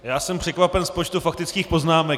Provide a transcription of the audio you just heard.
Já jsem překvapen z počtu faktických poznámek.